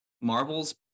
marvels